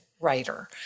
writer